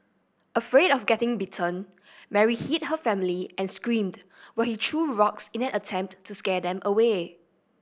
afraid of getting bitten Mary hid her family and screamed while he threw rocks in an attempt to scare them away